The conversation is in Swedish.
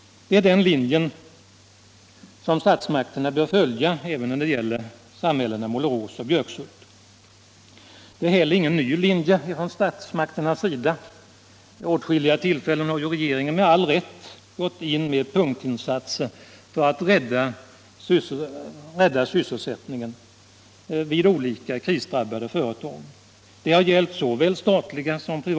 Det är också den linjen statsmakterna bör följa när det gäller samhällena Målerås och Björkshult, och det är heller ingen ny linje från statsmakternas sida. Vid åtskilliga tillfällen har regeringen med all rätt gått in med punktinsatser för att rädda sysselsättningen vid olika såväl statliga som privata krisdrabbade företag.